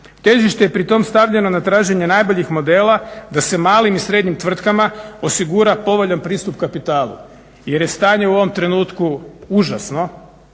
Težište je pri tom stavljeno na traženje najboljih modela da se malih i srednjim tvrtkama osigura povoljan pristup kapitalu, jer je stanje u ovom trenutku užasno